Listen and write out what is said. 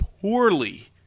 poorly